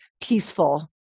peaceful